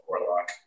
warlock